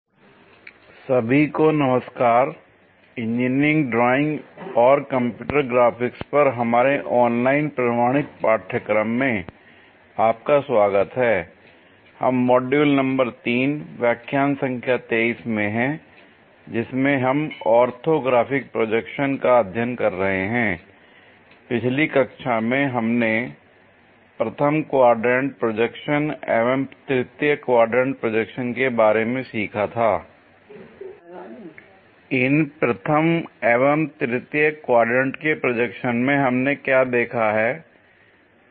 orthographic projection I part 3 सभी को नमस्कार इंजीनियरिंग ड्राइंग और कंप्यूटर ग्राफिक्स पर हमारे ऑनलाइन प्रमाणित पाठ्यक्रम में आपका स्वागत है l हम मॉड्यूल नंबर 3 व्याख्यान संख्या 23 में हैं जिसमें हम ऑर्थोग्राफिक प्रोजेक्शन का अध्ययन कर रहे हैं l पिछली कक्षा में हमने प्रथम क्वाड्रेंट प्रोजेक्शन एवं तृतीय क्वाड्रेंट प्रोजेक्शन के बारे में सीखा था l इन प्रथम एवं तृतीय क्वाड्रेंट के प्रोजेक्शन में हमने क्या देखा है